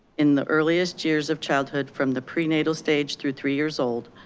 in the earliest years of childhood from the prenatal stage through three years old,